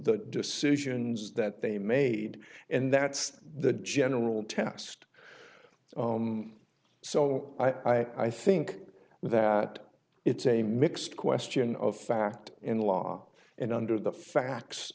the decisions that they made and that's the general test so i think that it's a mixed question of fact in the law and under the facts